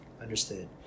Understood